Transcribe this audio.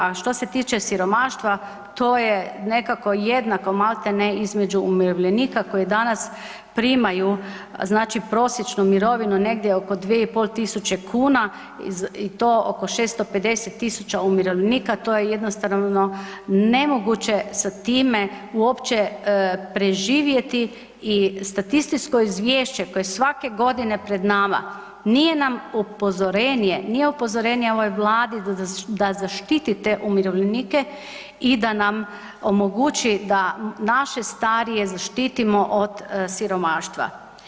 A što se tiče siromaštva to je nekako jednako maltene između umirovljenika koji danas primaju znači prosječnu mirovinu negdje oko 2.500 kuna i to oko 650.000 umirovljenika to je jednostavno nemoguće sa time uopće preživjeti i statističko izvješće koje je svake godine pred nama nije nam upozorenje, nije upozorenje ovoj Vladi da zaštiti te umirovljenike i da nam omogući da naše starije zaštitimo od siromaštva.